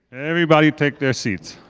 everybody take their seats.